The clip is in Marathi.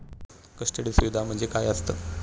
कस्टडी सुविधा म्हणजे काय असतं?